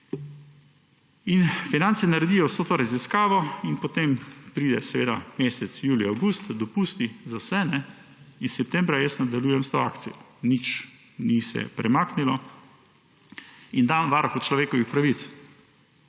In Finance naredijo vso to raziskavo in potem pride mesec julij, avgust, dopusti za vse, in septembra nadaljujem s to akcijo. Nič ni se premaknilo in dam Varuhu človekovih pravic